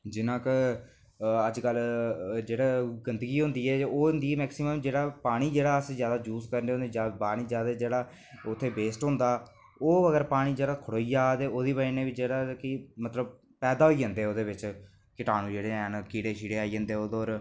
जियां कि अज्जकल जेह्ड़ी गंदगी होंदी ऐ ओह् होंदी मैक्सीमम जेह्ड़ा पानी जेह्ड़ा अस जादै यूज़ करने होन्ने पानी जादै जेह्ड़ा उत्थै वेस्ट होंदा ओह् पानी अगर खड़ोई जा ते ओह्दी बजह कन्नै बी मतलब जेह्ड़ा कि पैदा होई जंदे मतलब ओह्दे बिच किटाणु जेह्ड़े हैन कीड़े आई जंदे ओह्दे पर